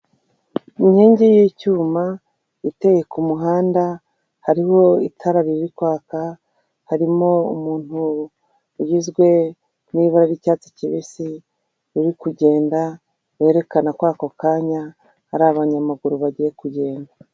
Inkingi y'icyuma iteye ku muhanda, hariho itara riri kwaka, harimo umuntu ugizwe n'ibara ry'icyatsi kibisi uri kugenda werekana ko ako kanya hari abanyamaguru bagiye kugenda.